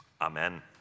Amen